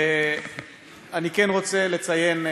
אני כן רוצה לציין,